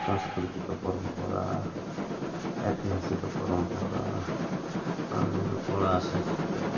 ସାଂସ୍କୃତିକ ପରମ୍ପରା ଐତିହାସିକ ପରମ୍ପରା ଆମର କଳା ସାହିତ୍ୟ